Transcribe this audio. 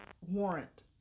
warrant